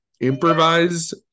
improvised